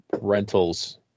rentals